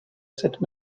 cette